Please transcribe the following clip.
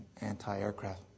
anti-aircraft